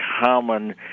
common